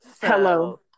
Hello